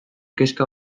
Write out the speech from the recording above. kezka